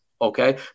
Okay